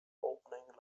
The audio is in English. opening